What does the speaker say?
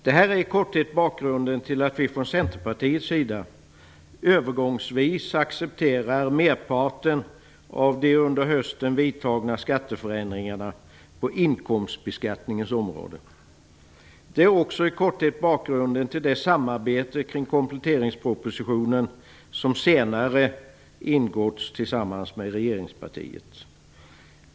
Detta är i korthet bakgrunden till att vi i Centerpartiet övergångsvis accepterar merparten av de under hösten vidtagna skatteförändringarna på inkomstbeskattningens område. Det är också i korthet bakgrunden till det samarbete kring kompletteringspropositionen som senare ingåtts med regeringspartiet.